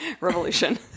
revolution